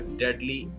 deadly